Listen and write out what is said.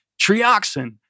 trioxin